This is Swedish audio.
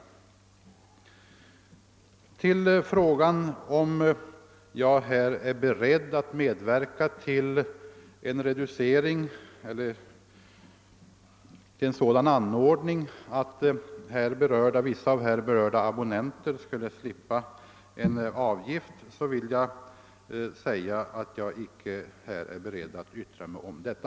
Med anledning av frågan om jag är beredd att medverka till att berörda abonnenter skulle bli befriade från viss avgift vill jag säga att jag icke vill ta ställning till detta.